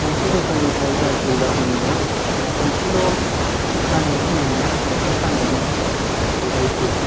मोनसे दखाननि फ्राय हेयार जेल बायदोंमोन आं खनसेल' खानायाव फुनदोंमोन माथो खानायानो गुबायसो